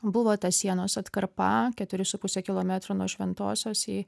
buvo ta sienos atkarpa keturi su puse kilometrų nuo šventosios į